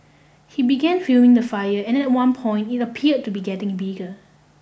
he began filming the fire and at one point it appear to be getting bigger